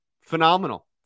phenomenal